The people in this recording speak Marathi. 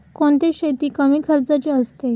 कोणती शेती कमी खर्चाची असते?